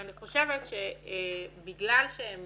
ואני חושבת שבגלל שהם